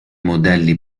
modelli